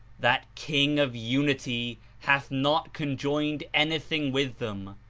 that king of unity hath not conjoined anything with them,